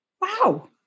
Wow